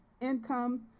income